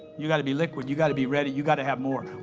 you gotta be liquid, you gotta be ready, you gotta have more.